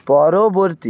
পরবর্তী